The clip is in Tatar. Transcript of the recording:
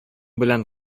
белән